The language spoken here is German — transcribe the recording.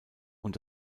und